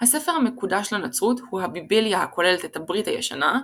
הספר המקודש לנצרות הוא הביבליה הכולל את "הברית הישנה",